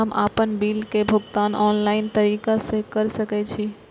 हम आपन बिल के भुगतान ऑनलाइन तरीका से कर सके छी?